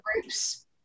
groups